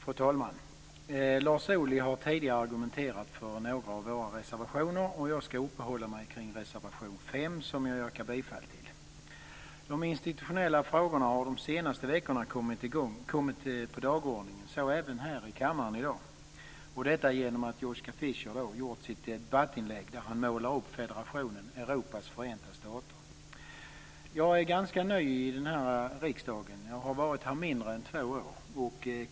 Fru talman! Lars Ohly har tidigare argumenterat för några av våra reservationer. Jag ska uppehålla mig kring reservation 5, som jag yrkar bifall till. De institutionella frågorna har de senaste veckorna kommit på dagordningen, så även här i kammaren i dag, genom att Joschka Fischer gjort sitt debattinlägg där han målar upp federationen Europas förenta stater. Jag är ganska ny i riksdagen. Jag har varit här mindre än två år.